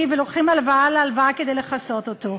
ולוקחים הלוואה על הלוואה כדי לכסות אותו.